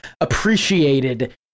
appreciated